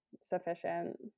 sufficient